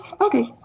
Okay